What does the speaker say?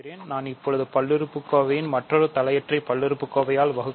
நாம் எப்போதும் ஒரு பல்லுறுப்புக்கோவையை மற்றொரு தலையொற்றை பல்லுறுப்புக்கோவையால் வகுக்கலாம்